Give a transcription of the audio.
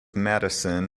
madison